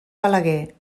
balaguer